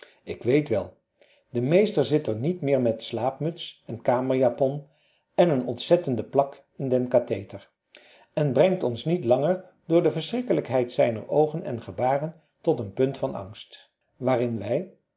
ik weet wel de meester zit er niet meer met slaapmuts en kamerjapon en een ontzettende plak in den katheder en brengt ons niet langer door de verschrikkelijkheid zijner oogen en gebaren tot een punt van angst waarin wij